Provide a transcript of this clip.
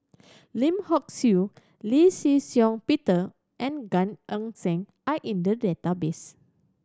Lim Hock Siew Lee Shih Shiong Peter and Gan Eng Seng are in the database